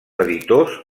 editors